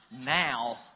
now